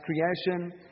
creation